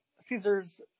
Caesars